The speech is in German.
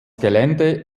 gelände